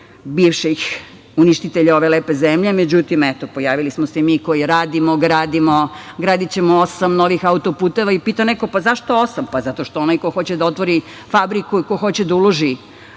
bivših uništitelja ove lepe zemlje.Međutim, eto, pojavili smo se mi koji radimo, gradimo, gradićemo osam novih autoputeva. I pitao neko – pa, zašto osam? Pa, zato što onaj ko hoće da otvori fabriku i ko hoće da uloži,